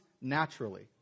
naturally